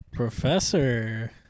Professor